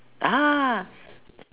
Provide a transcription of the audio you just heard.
ah